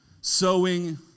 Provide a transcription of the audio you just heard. Sowing